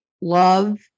love